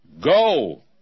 Go